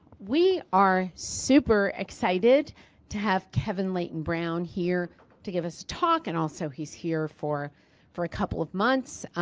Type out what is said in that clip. we are super excited to have kevin leyton-brown here to give us a talk and also he's here for for a couple of months.